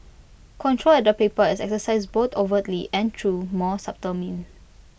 control at the paper is exercised both overtly and through more subtle means